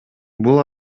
бул